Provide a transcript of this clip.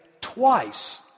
twice